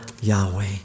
Yahweh